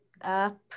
up